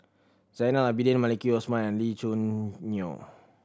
Zainal Abidin Maliki Osman and Lee Choo Neo